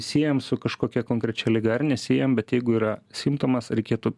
siejam su kažkokia konkrečia liga ar nesiejam bet jeigu yra simptomas reikėtų